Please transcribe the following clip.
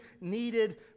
needed